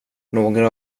några